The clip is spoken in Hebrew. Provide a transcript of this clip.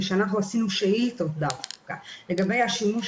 כשאנחנו עשינו שאילתות דווקא לגבי השימוש